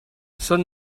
són